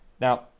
now